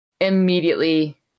immediately